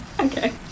Okay